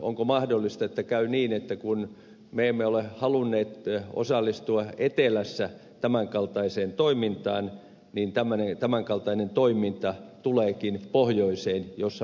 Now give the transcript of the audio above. onko mahdollista että käy niin että kun me emme ole halunneet osallistua etelässä tämän kaltaiseen toimintaan niin tämän kaltainen toiminta tuleekin pohjoiseen jossa me jo olemme